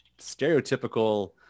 stereotypical